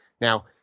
now –